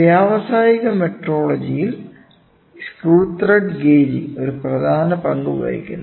വ്യാവസായിക മെട്രോളജിയിൽ screw thread gauging ഒരു പ്രധാന പങ്ക് വഹിക്കുന്നു